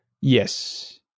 Yes